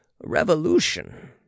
revolution